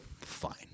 fine